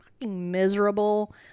miserable